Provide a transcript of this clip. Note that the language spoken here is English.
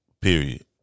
Period